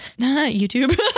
YouTube